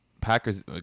Packers